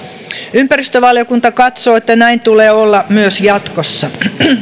ympäristövaliokunta katsoo että näin tulee olla myös jatkossa